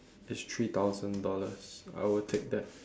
it's three thousand dollars I will take that